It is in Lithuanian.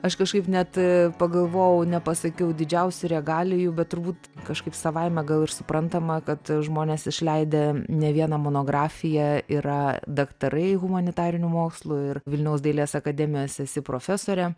aš kažkaip net pagalvojau nepasakiau didžiausių regalijų bet turbūt kažkaip savaime gal ir suprantama kad žmonės išleidę ne vieną monografiją yra daktarai humanitarinių mokslų ir vilniaus dailės akademijos esi profesorė